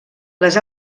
les